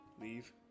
leave